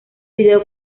video